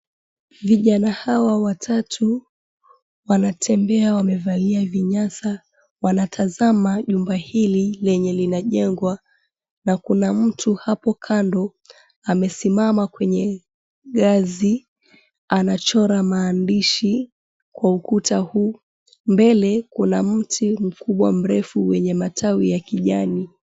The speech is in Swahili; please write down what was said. Vijana hawa watatu wanatembea wamevalia vinyasa, wanatazama jumba hili lenye linajengwa. Na kuna mtu hapo kando amesimama kwenye ngazi, anachora maandishi kwa ukuta huu. Mbele kuna mti mkubwa mrefu wenye matawi ya kijani.